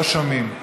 לא שומעים.